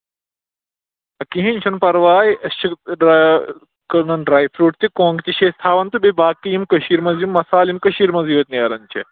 کِہیٖنۍ چھُنہٕ پَرواے أسۍ چھِ کٕنان ڈرٛاے فرٛوٗٹ تہِ کۄنٛگ تہِ چھِ أسۍ تھاوان تہٕ بیٚیہِ باقٕے یِم کٔشیٖرِ منٛز یِم مَصالہٕ یِم کٔشیٖرِ منٛزٕے یوت نیران چھِ